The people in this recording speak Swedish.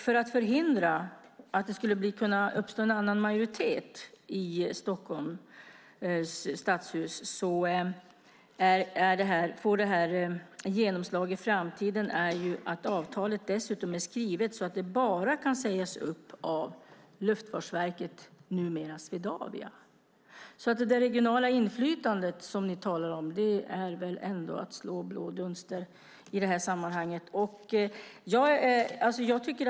För att förhindra att en annan majoritet i Stockholms stadshus skulle få genomslag i fråga om avtalet är det skrivet så att det bara kan sägas upp av Luftfartsverket, numera Swedavia. Det regionala inflytande som ni talar om handlar väl ändå om att slå blå dunster i ögonen på folk i detta sammanhang.